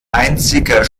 einziger